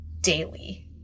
daily